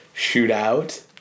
shootout